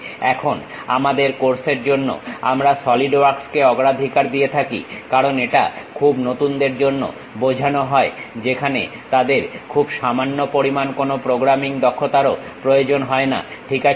এখন আমাদের কোর্স এর জন্য আমরা সলিড ওয়ার্কসকে অগ্রাধিকার দিয়ে থাকি কারণ এটা খুব নতুনদের জন্য বোঝানো হয় যেখানে তাদের খুব সামান্য পরিমাণ কোনো প্রোগ্রামিং দক্ষতারও প্রয়োজন হয়না ঠিক আছে